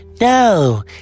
No